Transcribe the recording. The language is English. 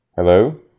hello